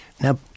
Now